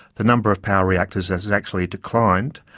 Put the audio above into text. the number of power reactors has actually declined,